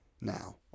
Now